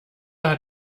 hat